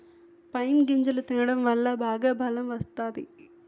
pine గింజలు తినడం వల్ల బాగా బలం వత్తాది